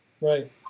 Right